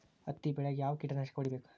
ಹತ್ತಿ ಬೆಳೇಗ್ ಯಾವ್ ಕೇಟನಾಶಕ ಹೋಡಿಬೇಕು?